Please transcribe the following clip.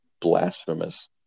blasphemous